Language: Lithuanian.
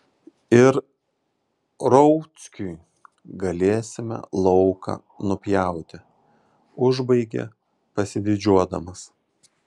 ir rauckiui galėsime lauką nupjauti užbaigia pasididžiuodamas